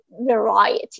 variety